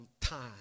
time